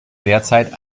lehrzeit